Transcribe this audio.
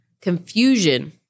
confusion